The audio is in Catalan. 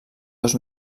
dos